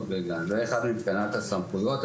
זה אחת מבחינת הסמכויות.